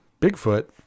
Bigfoot